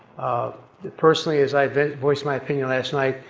personally, as i voiced my opinion last night,